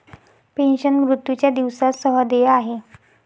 pension, मृत्यूच्या दिवसा सह देय आहे